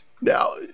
Now